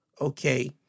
okay